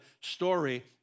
story